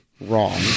Wrong